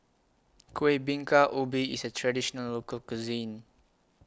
Kuih Bingka Ubi IS A Traditional Local Cuisine